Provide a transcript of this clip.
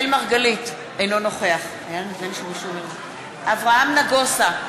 אינו נוכח אברהם נגוסה,